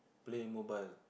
play mobile